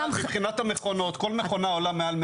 מבחינת המכונות כל מכונה עולה מעל 100 אלף שקל.